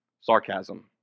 Sarcasm